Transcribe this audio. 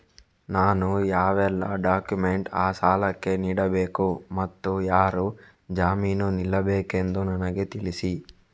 ನಾನು ಯಾವೆಲ್ಲ ಡಾಕ್ಯುಮೆಂಟ್ ಆ ಸಾಲಕ್ಕೆ ನೀಡಬೇಕು ಮತ್ತು ಯಾರು ಜಾಮೀನು ನಿಲ್ಲಬೇಕೆಂದು ನನಗೆ ತಿಳಿಸಿ?